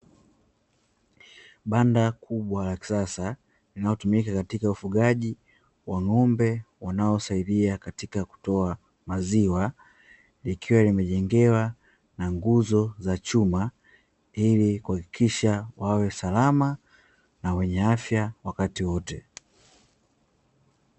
Banda kubwa la kisasa linalotumika katika ufugaji wa ng'ombe wanaosaidia katika kutoa maziwa, likiwa limejengewa na nguzo za chuma ili kuhakikisha wawe salama na wenye afya wakati wote.